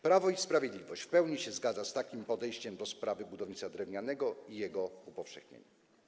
Prawo i Sprawiedliwość w pełni zgadza się z takim podejściem do sprawy budownictwa drewnianego i jego upowszechnienia.